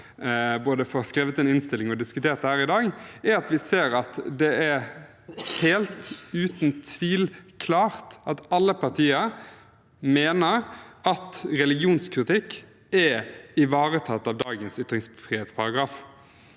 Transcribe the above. alt får både skrevet en innstilling og diskutert det her i dag, er at vi ser at det helt uten tvil er klart at alle partier mener at religionskritikk er ivaretatt av dagens ytringsfrihetsparagraf.